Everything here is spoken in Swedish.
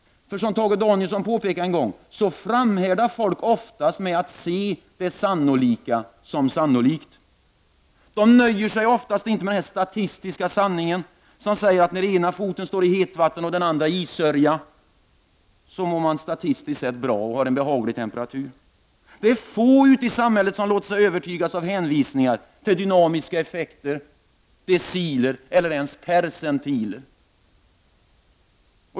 För, som Tage Danielsson påpekade, så framhärdar folk oftast i att se det sannolika som sannolikt. De nöjer sig oftast inte med den statistiska sanning som säger att den genomsnittliga temperaturen är behaglig när ena foten står i hetvatten och den andra i issörja. Få i samhället låter sig övertygas av hänvisningar till dynamiska effekter, deciler eller ens percentiler.